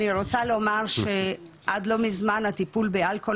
אני רוצה לומר שעד לא מזמן הטיפול באלכוהול